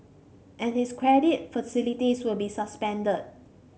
and his credit facilities will be suspended